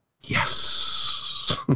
Yes